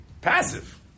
passive